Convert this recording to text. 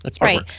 Right